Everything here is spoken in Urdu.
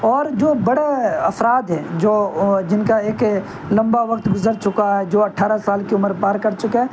اور جو بڑے افراد ہیں جو جن کا ایک لمبا وقت گزر چکا ہے جو اٹھارہ سال کی عمر پار کر چکے ہیں